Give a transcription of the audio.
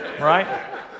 right